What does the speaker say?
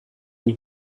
and